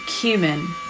cumin